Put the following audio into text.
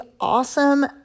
awesome